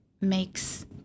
makes